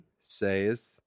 says